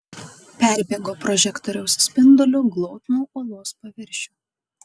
perbėgo prožektoriaus spinduliu glotnų uolos paviršių